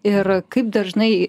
ir kaip dažnai